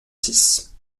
six